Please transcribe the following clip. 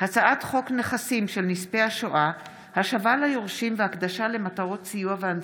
הצעת חוק נכסים של נספי השואה (השבה ליורשים והקדשה למטרות סיוע והנצחה)